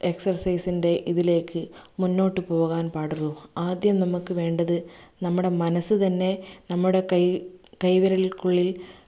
എക്സ്ർസെയ്സിൻ്റെ ഇതിലേക്ക് മുന്നോട്ട് പോകാൻ പാടുള്ളൂ ആദ്യം നമുക്ക് വേണ്ടത് നമ്മുടെ മനസ്സ് തന്നെ നമ്മുടെ കൈ കൈവിരൽക്കുള്ളിൽ